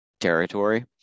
territory